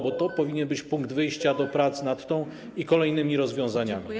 Bo to powinien być punkt wyjścia do prac nad tą ustawą i kolejnymi rozwiązaniami.